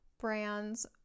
brand's